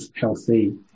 healthy